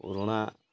ପୁରୁଣା